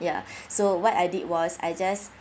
ya so what I did was I just